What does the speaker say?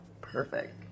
Perfect